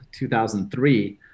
2003